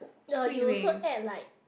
uh you also add like